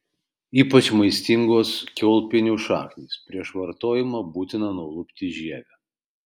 ypač maistingos kiaulpienių šaknys prieš vartojimą būtina nulupti žievę